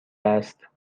است